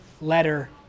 letter